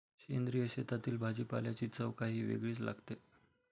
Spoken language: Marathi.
सेंद्रिय शेतातील भाजीपाल्याची चव काही वेगळीच लागते